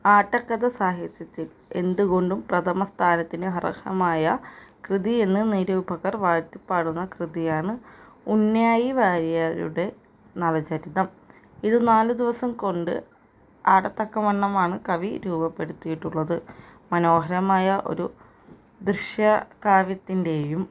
ആട്ട കഥ സാഹിത്യത്തിൽ എന്തുകൊണ്ടും പ്രഥമ സ്ഥാനത്തിന് അർഹമായ കൃതിയെന്ന് നിരൂപകർ വാഴ്ത്തിപ്പാടുന്ന കൃതിയാണ് ഉണ്ണിയായി വാര്യരുടെ നളചരിതം ഇത് നാല് ദിവസം കൊണ്ട് ആടത്തക്കവണ്ണമാണ് കവി രൂപപ്പെടുത്തിയിട്ടുള്ളത് മനോഹരമായ ഒരു ദൃശ്യ കാവ്യത്തിൻ്റേയും